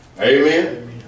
Amen